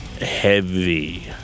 heavy